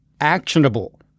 Actionable